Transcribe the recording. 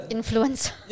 influencer